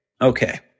Okay